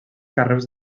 carreus